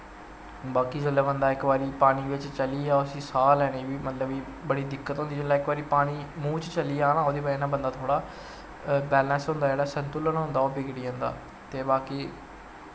ते बाकी जिसलै बंदा इक बारी पानी बिच्च चली जा उसी साह् लैने गी बी मतलव कि बड़ी दिक्कत होंदी जिसलै इक बारी पानी मूंह् च चली जा ना ओह्दी बज़ह नै बंदा थोह्ड़ा बैलैंस होंदा जेह्ड़ा संतुलन होंदा ओह् बिगड़ी जंदा ते बाकी